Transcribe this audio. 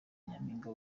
nyampinga